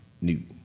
Newton